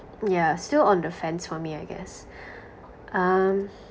yeah still on the fence for me I guess um